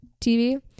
TV